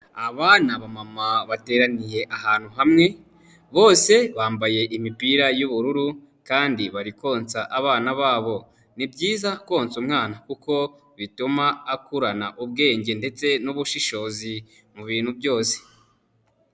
Aba ni abamama bateraniye ahantu hamwe, bose bambaye imipira y'ubururu kandi bari konsa abana babo. Ni byiza konsa umwana kuko bituma akurana ubwenge ndetse n'ubushishozi, mu bintu byose.